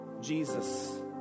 Jesus